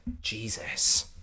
Jesus